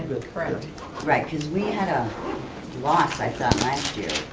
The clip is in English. correct. right, cause we had a loss, i thought, last year.